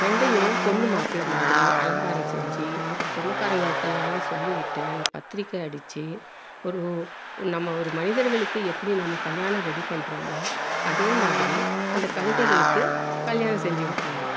ரெண்டையும் பொண்ணு மாப்பிள்ள மாதிரி அலங்காரம் செஞ்சு சொந்தக்காரங்களுக்கெல்லாம் சொல்லிவிட்டு பத்திரிக்கை அடித்து ஒரு நம்ம ஒரு மனிதர்களுக்கு எப்படி நம்ம கல்யாணம் ரெடி பண்ணுறோமோ அதே மாதிரி அந்த கழுதைகளுக்குக் கல்யாணம் செஞ்சு வைப்பாங்க